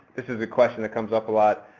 this is a question that comes up a lot.